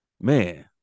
Man